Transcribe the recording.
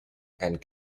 and